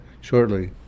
shortly